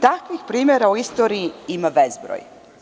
Takvih primera u istoriji ima bezbroj.